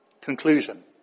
Conclusion